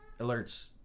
alerts